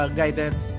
guidance